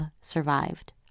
survived